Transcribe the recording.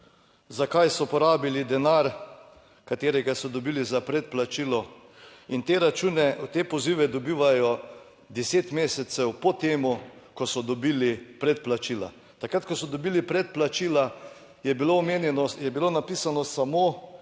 za kaj so porabili denar, katerega so dobili za predplačilo, in te račune, te pozive dobivajo deset mesecev po tem, ko so dobili predplačila. Takrat, ko so dobili predplačila, je bilo omenjeno,